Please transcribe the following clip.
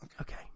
Okay